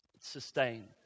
sustain